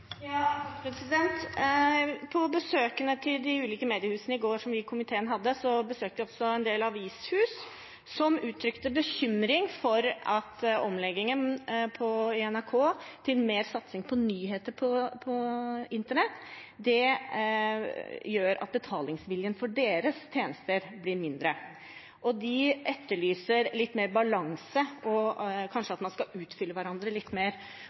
de ulike mediehusene i går, besøkte vi også en del avishus som uttrykte bekymring for at omleggingen i NRK til mer satsing på nyheter på internett gjør at betalingsviljen for deres tjenester blir mindre. De etterlyser mer balanse og at man kanskje skal utfylle hverandre mer.